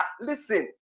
Listen